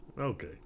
Okay